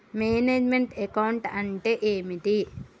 Manage meant account అంటే ఏమిటి?